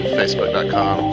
facebook.com